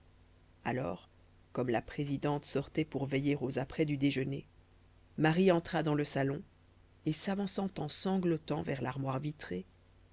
alors comme la présidente sortait pour veiller aux apprêts du déjeuner marie entra dans le salon et s'avançant en sanglotant vers l'armoire vitrée